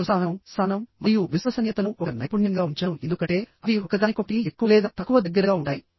నేను సహనం సహనం మరియు విశ్వసనీయతను ఒక నైపుణ్యంగా ఉంచాను ఎందుకంటే అవి ఒకదానికొకటి ఎక్కువ లేదా తక్కువ దగ్గరగా ఉంటాయి